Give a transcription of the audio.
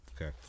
Okay